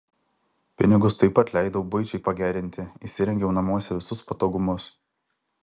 pinigus taip pat leidau buičiai pagerinti įsirengiau namuose visus patogumus